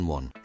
One